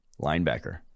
linebacker